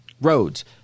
roads